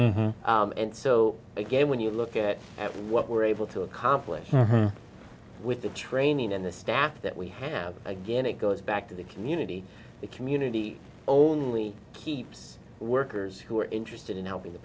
it and so again when you look at what we're able to accomplish with the training and the staff that we have again it goes back to the community the community only keeps workers who are interested in helping the